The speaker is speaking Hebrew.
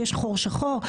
יש חור שחור,